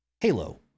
Halo